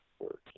work